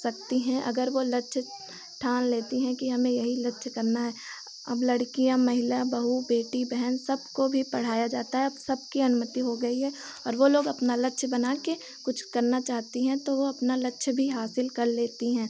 सकती हैं अगर वह लक्ष्य ठान लेती हैं कि हमें यही लक्ष्य करना है अब लड़कियाँ महिला बहू बेटी बहन सबको भी पढ़ाया जाता है अब सबकी अनुमति हो गई है और वह लोग अपना लक्ष्य बनाकर कुछ करना चाहती हैं तो वह अपना लक्ष्य भी हासिल कर लेती हैं